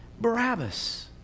Barabbas